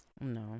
No